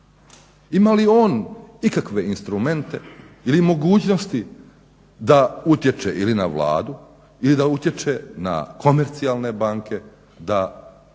Imali li on ikakve instrumente ili mogućnosti da utječe ili na Vladu ili da utječe na komercijalne banke, da